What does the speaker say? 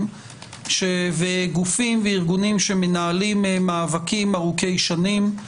וגופים וארגונים שמנהלים מאבקים ארוכי שנים.